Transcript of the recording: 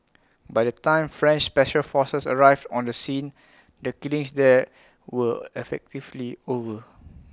by the time French special forces arrived on the scene the killings there were effectively over